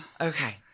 Okay